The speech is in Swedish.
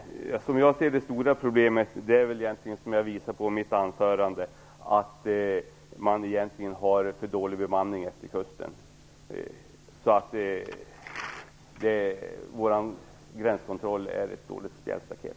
Fru talman! Som jag ser det är det stora problemet, som jag visade på i mitt anförande, att man har för dålig bemanning utefter kusten. Vår gränskontroll är ett dåligt spjälstaket.